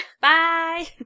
Bye